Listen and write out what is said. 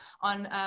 on